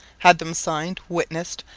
had them signed, witnessed,